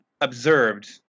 observed